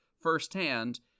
firsthand